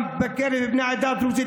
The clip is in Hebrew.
גם בקרב בני העדה הדרוזית,